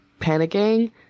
panicking